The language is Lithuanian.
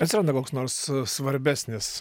atsiranda koks nors svarbesnis